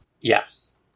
Yes